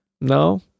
No